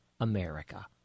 America